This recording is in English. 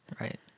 Right